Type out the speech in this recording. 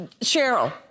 Cheryl